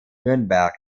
nürnberg